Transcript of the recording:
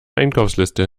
einkaufsliste